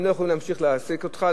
הם לא יכלו להמשיך להעסיק אותך,